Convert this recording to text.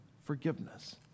forgiveness